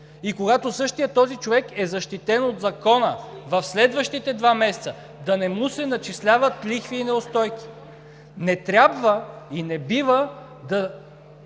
когато същият този човек е защитен от Закона в следващите два месеца, да не му се начисляват лихви и неустойки. Не трябва и не бива да